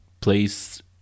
place